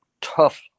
tough